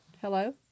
Hello